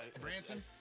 Branson